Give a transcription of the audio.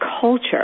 culture